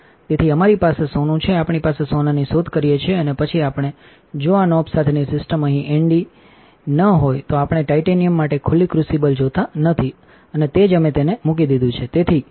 તેથી અમારી પાસે સોનું છે આપણે સોનાની શોધ કરીએ છીએ અને પછી આપણે જો આ નોબ સાથેની સિસ્ટમ અહીંએનડી ન હોય તો આપણે ટાઇટેનિયમ માટે ખુલ્લી ક્રુસિબલ જોતા નથી અને તે જ અમે તેને મૂકી દીધું છે